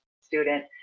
student